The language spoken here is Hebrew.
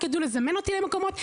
רק ידעו לזמן אותי למקומות,